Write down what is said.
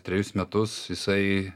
trejus metus jisai